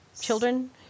Children